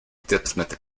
diplomat